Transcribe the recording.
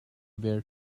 were